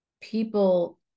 people